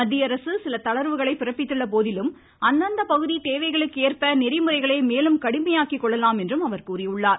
மத்திய அரசு சில தளர்வுகளை பிறப்பித்துள்ள போதிலும் அந்தந்த பகுதி தேவைகளுக்கு ஏற்ப நெறிமுறைகளை மேலும் கடுமையாக்கி கொள்ளலாம் என்றும் அவர் கூறினார்